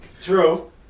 true